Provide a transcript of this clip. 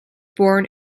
born